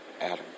Adam